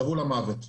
טבעו למוות,